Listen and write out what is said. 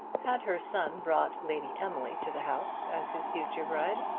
had her son brought lady emily to the house as his future bride,